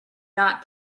not